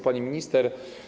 Pani Minister!